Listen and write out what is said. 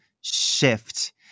Shift